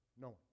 No